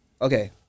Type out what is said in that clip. okay